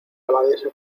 abadesa